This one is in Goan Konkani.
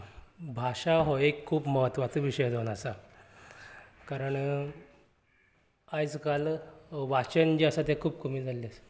भाशा हो एक खूब म्हत्वाचो विशय जावन आसा कारण आयज काल वाचन जें आसा तें खूब कमी जाल्लें आसा